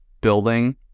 building